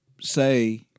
say